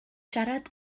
siarad